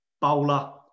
Bowler